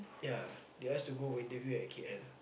ya they ask to go for interview at K_L